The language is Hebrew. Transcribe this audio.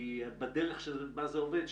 כי בדרך שבה זה עובד,